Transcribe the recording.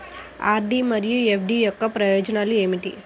RD మరియు FD యొక్క ప్రయోజనాలు ఏమిటి?